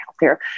healthier